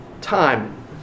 time